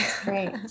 Great